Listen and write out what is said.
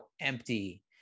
empty